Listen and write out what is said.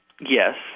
Yes